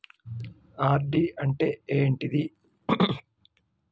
RD అంటే ఏంటిది?